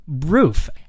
roof